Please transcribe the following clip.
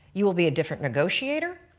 you will be a different negotiator,